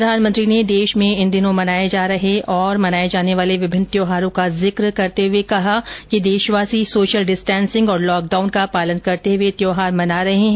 प्रधानमंत्री ने देश में इन दिनों मनाये जा रहे और मनाये जाने वाले विभिन्न त्यौहारों का जिक करते हुए कहा कि देशवासी सोशल डिस्टेसिंग और लॉकडाउन का पालन करते हुए त्यौहार मना रहे है